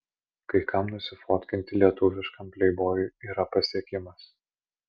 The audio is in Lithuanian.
kai kam nusifotkinti lietuviškam pleibojui yra pasiekimas